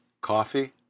coffee